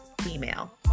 female